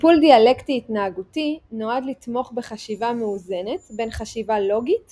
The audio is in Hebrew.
טיפול דיאלקטי התנהגותי נועד לתמוך בחשיבה מאוזנת בין חשיבה לוגית